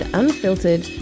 unfiltered